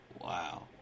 wow